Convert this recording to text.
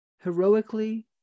heroically